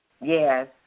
Yes